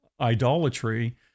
idolatry